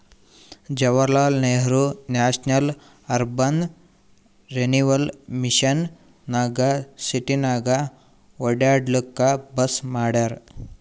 Jawaharlal Nehru national urban renewal mission ನಾಗ್ ಸಿಟಿನಾಗ್ ಒಡ್ಯಾಡ್ಲೂಕ್ ಬಸ್ ಮಾಡ್ಯಾರ್